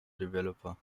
developer